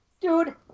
Dude